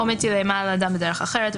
או מטיל אימה על אדם בדרך אחרת,